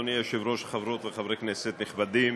אדוני היושב-ראש, חברות וחברי כנסת נכבדים,